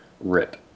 Rip